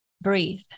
breathe